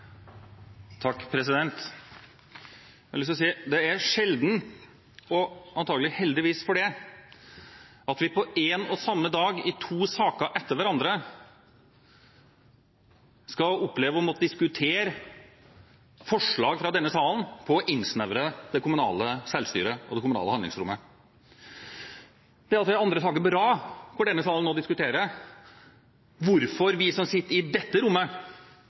at vi på en og samme dag – i to saker etter hverandre – skal oppleve å måtte diskutere forslag fra denne salen om å innsnevre det kommunale selvstyret og det kommunale handlingsrommet. Det er altså i andre saken på rad at denne salen diskuterer hvorfor vi som sitter i dette rommet,